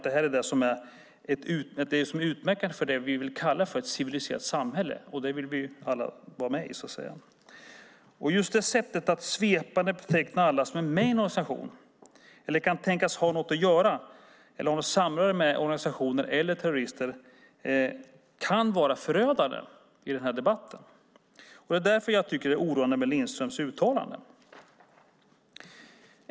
Det är det som är utmärkande för det vi vill kalla ett civiliserat samhälle. Det vill vi vara med i. Just det sättet att svepande beteckna alla som är med i en organisation, kan tänkas ha något att göra med eller ett samröre med organisationer för terrorister kan vara förödande i debatten. Det är därför jag tycker att det är oroande med Lindströms uttalande.